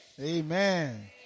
Amen